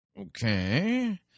okay